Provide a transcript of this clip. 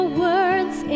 words